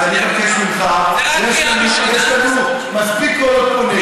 אז אני מבקש ממך, יש לנו מספיק קולות פה נגד.